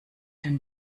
den